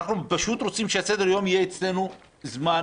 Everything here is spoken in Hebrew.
אנחנו פשוט רוצים שסדר-היום יהיה אצלנו יותר זמן,